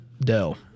Dell